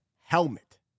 Helmet